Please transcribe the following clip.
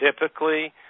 Typically